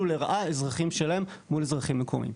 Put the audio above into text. לרעה אזרחים שלהם מול אזרחים מקומיים.